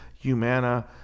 Humana